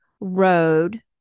road